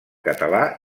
català